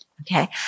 Okay